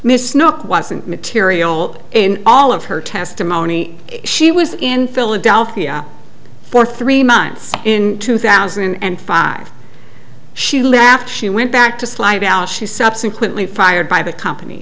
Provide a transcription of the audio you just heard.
miss snow wasn't material in all of her testimony she was in philadelphia for three months in two thousand and five she laughed she went back to slight al she subsequently fired by a company